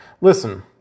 Listen